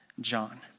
John